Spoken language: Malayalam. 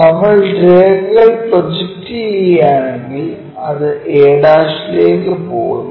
നമ്മൾ രേഖകൾ പ്രൊജക്റ്റ് ചെയ്യുകയാണെങ്കിൽ അത് a ലേക്ക് പോകുന്നു